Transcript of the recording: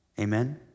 amen